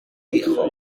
dijo